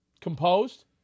composed